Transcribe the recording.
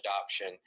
adoption